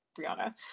Brianna